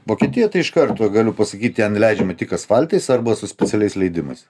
vokietija tai iš karto galiu pasakyt ten leidžiama tik asfaltais arba su specialiais leidimais